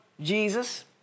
Jesus